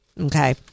okay